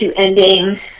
ending